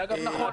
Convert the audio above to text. זה אגב נכון.